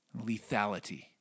lethality